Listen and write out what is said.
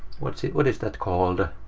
what what is that called?